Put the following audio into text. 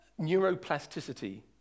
Neuroplasticity